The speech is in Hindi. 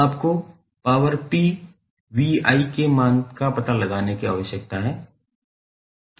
अब आपको पॉवर 𝑝𝑣𝑖 के मान का पता लगाने की आवश्यकता है